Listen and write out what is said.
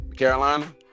Carolina